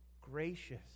gracious